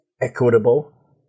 Equitable